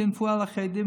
טינפו על החרדים,